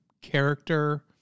character